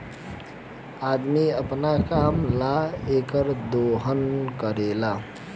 अदमी अपना काम ला एकर दोहन करेला